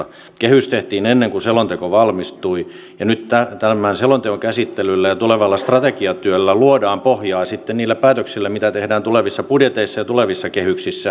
kehys tehtiin ennen kuin selonteko valmistui ja nyt tämän selonteon käsittelyllä ja tulevalla strategiatyöllä luodaan pohjaa sitten niille päätöksille mitä tehdään tulevissa budjeteissa ja tulevissa kehyksissä